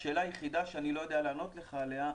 השאלה היחידה שאני לא יודע לענות לך עליה,